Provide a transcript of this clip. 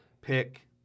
pick